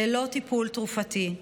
ללא טיפול תרופתי,